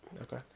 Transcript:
Okay